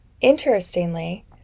Interestingly